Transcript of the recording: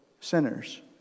sinners